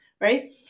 right